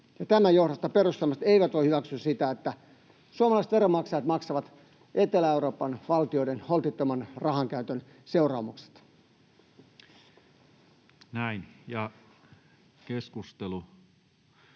tämän johdosta perussuomalaiset eivät voi hyväksyä sitä, että suomalaiset veronmaksajat maksavat Etelä-Euroopan valtioiden holtittoman rahankäytön seuraamukset.